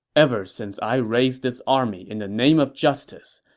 ever since i raised this army in the name of justice,